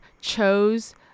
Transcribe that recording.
chose